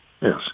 Yes